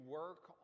work